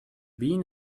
bean